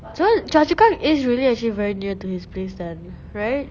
cho~ choa chu kang is really actually very near to his place then right